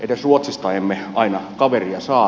edes ruotsista emme aina kaveria saa